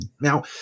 Now